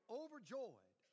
overjoyed